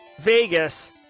Vegas